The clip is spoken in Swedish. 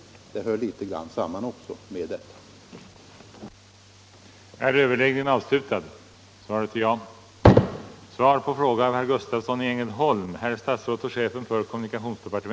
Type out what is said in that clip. Också det hör litet grand samman med denna fråga.